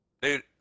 Dude